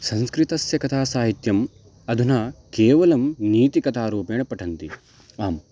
संस्कृतस्य कथा साहित्यम् अधुना केवलं नीतिकथारूपेण पठन्ति आम्